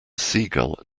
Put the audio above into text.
seagull